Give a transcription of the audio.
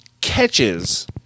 catches